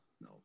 no